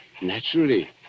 Naturally